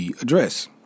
address